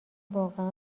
واقعا